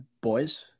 Boys